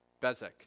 Bezek